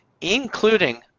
including